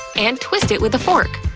and twist it with a fork.